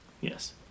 Yes